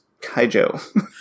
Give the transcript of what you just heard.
Kaijo